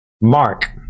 mark